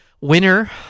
winner